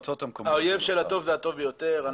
האויב של הטוב זה הטוב ביותר.